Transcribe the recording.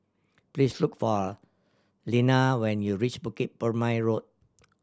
please look for Leana when you reach Bukit Purmei Road